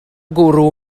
gwrw